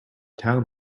town